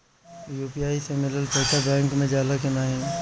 UPI से मिलल पईसा बैंक मे जाला की नाहीं?